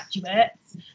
graduates